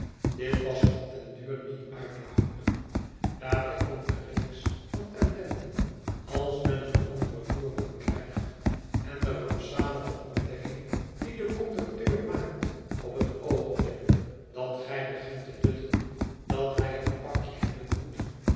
dit was op den duur niet uit te houden daarbij komt de reeks van ellenden als men een anderen voerman krijgt en de rampzalige ontdekking die de conducteur maakt op net oogenblik dat gij begint te dutten dat hij een pakje hebben moet